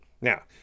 Now